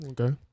Okay